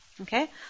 Okay